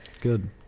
Good